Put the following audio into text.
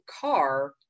car